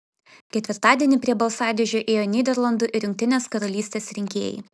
ketvirtadienį prie balsadėžių ėjo nyderlandų ir jungtinės karalystės rinkėjai